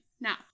Now